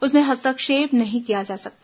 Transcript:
उसमें हस्तक्षेप नहीं किया जा सकता